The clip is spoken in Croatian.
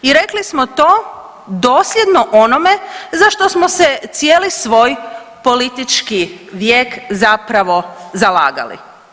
I rekli smo to dosljedno onome za što smo se cijeli svoj politički vijek zapravo zalagali.